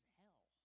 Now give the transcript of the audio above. hell